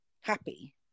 happy